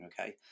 Okay